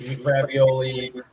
ravioli